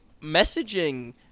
messaging